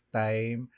time